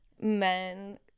men